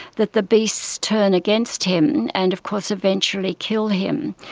that the beasts turn against him, and of course eventually kill him.